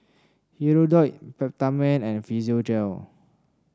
Hirudoid Peptamen and Physiogel